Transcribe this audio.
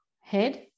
head